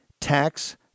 Tax